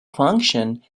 function